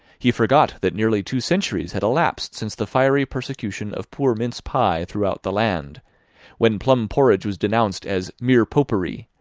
he forgot that nearly two centuries had elapsed since the fiery persecution of poor mince-pie throughout the land when plum-porridge was denounced as mere popery,